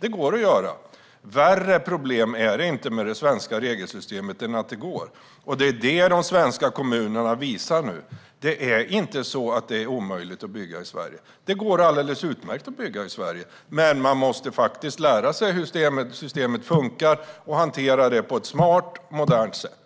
Det går att göra. Värre problem är det inte med det svenska regelsystemet än att det går. Det är det de svenska kommunerna nu visar. Det är inte omöjligt att bygga i Sverige. Det går alldeles utmärkt att bygga i Sverige. Men man måste lära sig hur systemet funkar och hantera det på ett smart och modernt sätt.